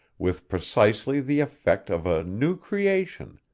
with precisely the effect of a new creation,